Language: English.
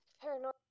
paranoid